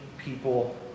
people